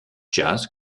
jazz